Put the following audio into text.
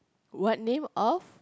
what name of